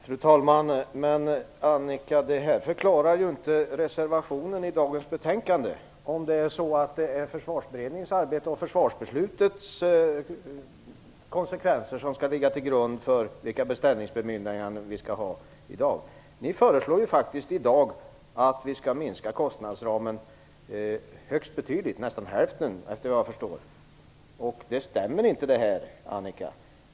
Fru talman! Vad Annika Nordgren säger förklarar inte reservationen i dagens betänkande om det är Försvarsberedningens arbete och försvarsbeslutets konsekvenser som skall ligga till grund för vilka beställningsbemyndiganden vi skall ha i dag. Ni föreslår ju faktiskt i dag att vi skall minska kostnadsramen högst betydligt, nästan med hälften vad jag förstår. Det stämmer inte .